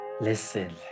Listen